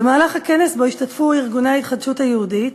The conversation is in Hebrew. במהלך הכנס, שהשתתפו בו ארגוני ההתחדשות היהודית,